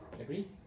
agree